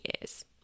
years